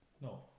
no